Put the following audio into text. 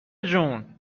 جون